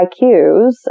IQs